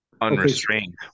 unrestrained